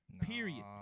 period